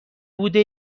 بوده